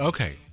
Okay